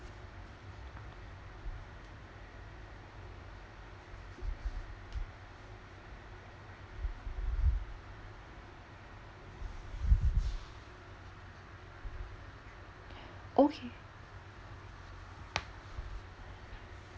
okay